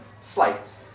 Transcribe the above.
slight